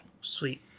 Sweet